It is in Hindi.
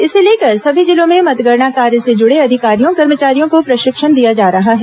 इसे लेकर सभी जिलों में मतगणना कार्य से जुड़े अधिकारियों कर्मचारियों को प्रशिक्षण दिया जा रहा है